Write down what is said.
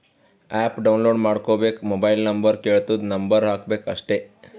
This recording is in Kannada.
ಆ್ಯಪ್ ಡೌನ್ಲೋಡ್ ಮಾಡ್ಕೋಬೇಕ್ ಮೊಬೈಲ್ ನಂಬರ್ ಕೆಳ್ತುದ್ ನಂಬರ್ ಹಾಕಬೇಕ ಅಷ್ಟೇ